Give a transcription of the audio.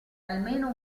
almeno